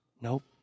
nope